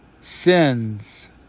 sins